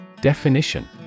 Definition